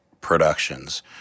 productions